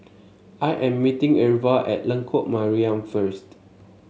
I am meeting Irva at Lengkok Mariam first